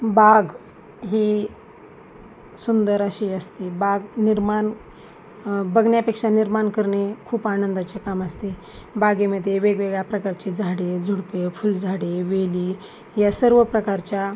बाग ही सुंदर अशी असते बाग निर्माण बघण्यापेक्षा निर्माण करणे खूप आनंदाचे काम असते बागेमध्ये वेगवेगळ्या प्रकारचे झाडे झुडुपे फुलझाडे वेली या सर्व प्रकारच्या